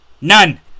None